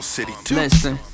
Listen